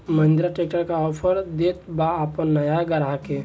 Mahindra tractor का offer देत बा अपना नया ग्राहक के?